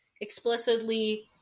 explicitly